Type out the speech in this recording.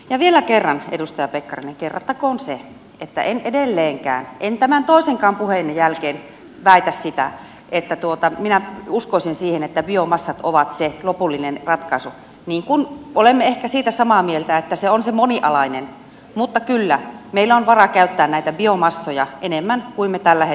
ja vielä kerran edustaja pekkarinen kerrattakoon se että en edelleenkään en tämän toisenkaan puheenne jälkeen väitä sitä että minä uskoisin siihen että biomassat ovat se lopullinen ratkaisu niin kuin olemme ehkä siitä samaa mieltä että se on se monialainen mutta kyllä meillä on varaa käyttää näitä biomassoja enemmän kuin me tällä hetkellä käytämme